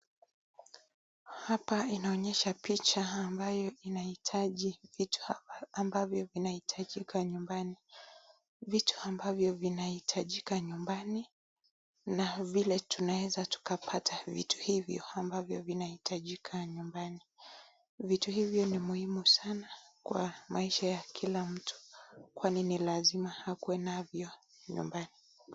Hapa inaonyesha picha ambayo inahitaji, vitu ambavyo vinahitajika nyumbani. Vitu ambavyo vinahitajika nyumbani, na vile tunaweza tukapata vitu hivyo ambavyo vinahitajika nyumbani. Vitu hivyo ni muhimu sana kwa maisha ya kila mtu kwani ni lazima akue navyo nyumbani.